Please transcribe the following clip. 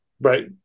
right